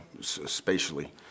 spatially